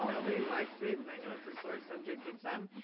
nobody likes it and i know it's a sore subject with some.